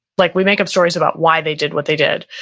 like we make up stories about why they did what they did.